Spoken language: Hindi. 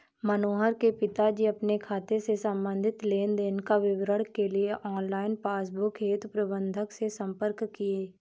मनोहर के पिताजी अपने खाते से संबंधित लेन देन का विवरण के लिए ऑनलाइन पासबुक हेतु प्रबंधक से संपर्क किए